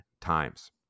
times